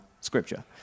Scripture